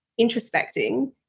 introspecting